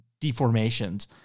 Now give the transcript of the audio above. deformations